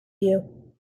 you